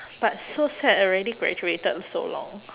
but so sad already graduated so long